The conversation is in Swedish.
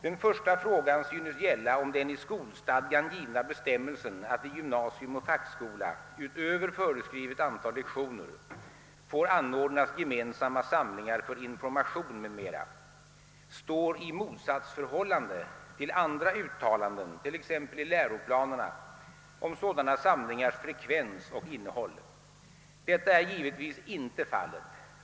Den första frågan synes gälla om den i skolstadgan givna bestämmelsen att i gymnasium och fackskola utöver föreskrivet antal lektioner får anordnas gemensamma samlingar för information m.m. står i motsatsförhållande till andra uttalanden t.ex. i läroplanerna om sådana samlingars frekvens och innehåll. Detta är givetvis inte fallet.